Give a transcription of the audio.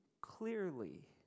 clearly